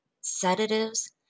sedatives